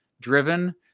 driven